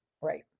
Right